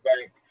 Bank